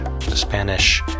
Spanish